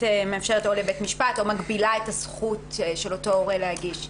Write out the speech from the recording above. מאפשרת זאת לבית משפט או מגבילה את הזכות של אותו הורה להגיש.